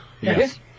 Yes